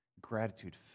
Gratitude